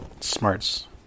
Smarts